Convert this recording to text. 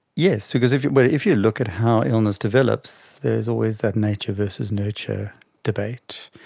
yes, because if you but if you look at how illness develops, there's always that nature versus nurture debate.